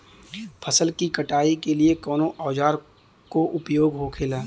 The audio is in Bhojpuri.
फसल की कटाई के लिए कवने औजार को उपयोग हो खेला?